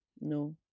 No